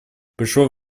пришло